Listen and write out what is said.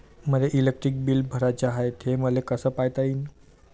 मले electric bill भराचं हाय, ते मले कस पायता येईन?